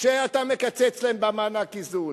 שאתה מקצץ להן במענק האיזון,